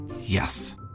Yes